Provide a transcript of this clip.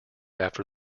after